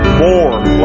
more